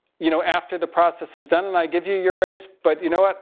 you know, after the process is done, and i give you your raise, but you know what?